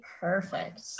perfect